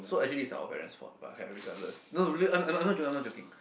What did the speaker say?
so actually it's our parents' fault but uh regardless no really I'm not I'm not joking I'm not joking